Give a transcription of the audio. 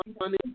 money